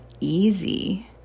easy